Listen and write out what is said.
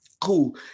Cool